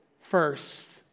first